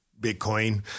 Bitcoin